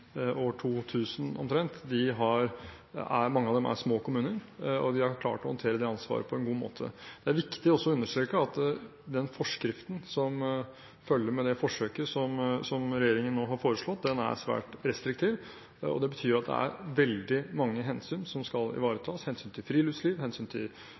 2000 omtrent, er små kommuner, og de har klart å håndtere det ansvaret på en god måte. Det er viktig også å understreke at den forskriften som følger med det forsøket som regjeringen nå har foreslått, er svært restriktiv. Det betyr at det er veldig mange hensyn som skal ivaretas – hensyn til